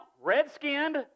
red-skinned